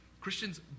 Christians